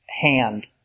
hand